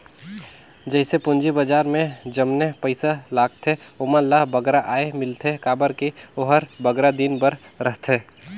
जइसे पूंजी बजार में जमने पइसा लगाथें ओमन ल बगरा आय मिलथे काबर कि ओहर बगरा दिन बर रहथे